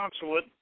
consulate